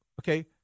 okay